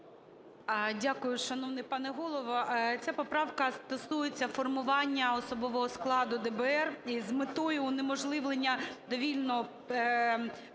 Дякую, шановний пане Голово. Ця поправка стосується формування особового складу ДБР. І з метою унеможливлення до вільного